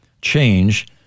change